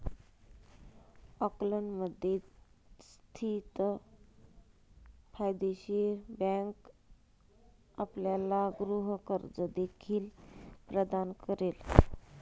ऑकलंडमध्ये स्थित फायदेशीर बँक आपल्याला गृह कर्ज देखील प्रदान करेल